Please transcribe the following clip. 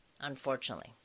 unfortunately